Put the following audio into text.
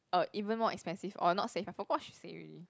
uh even more expensive or not safe I forgot she say already